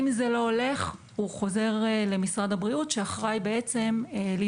אם זה לא הולך הוא חוזר למשרד הבריאות שאחראי לדאוג